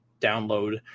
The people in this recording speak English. download